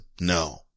No